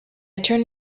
turned